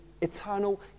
eternal